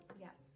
Yes